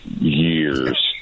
Years